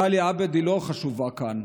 סאלי עבד היא לא חשובה כאן.